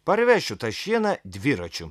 parvešiu tą šieną dviračiu